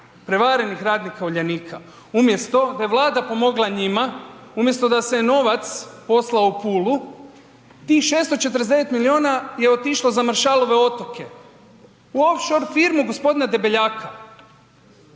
prevarenih radnika Uljanika. Umjesto da je Vlada pomogla njima, umjesto da se novac poslao u Pulu, tih 649 milijuna je otišlo za Maršalove otoke u off-shore firmu g. Debeljaka.